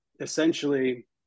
essentially